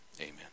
Amen